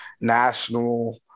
national